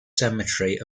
cemetery